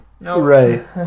Right